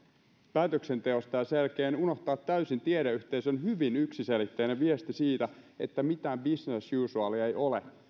päätöksenteosta ja sen jälkeen unohtaa täysin tiedeyhteisön hyvin yksiselitteinen viesti siitä että mitään business as usualia ei ole